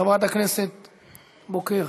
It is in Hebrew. חברת הכנסת בוקר.